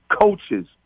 coaches